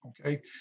Okay